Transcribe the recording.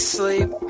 sleep